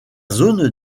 zone